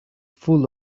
full